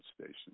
Station